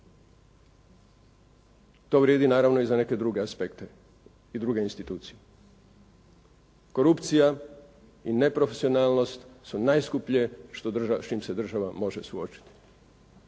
To vrijedi naravno i za neke druge aspekte i druge institucije. Korupcija i neprofesionalnost su najskuplje s čim se država može suočiti.